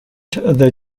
the